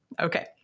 Okay